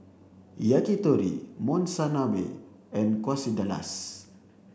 Yakitori Monsunabe and Quesadillas